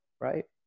right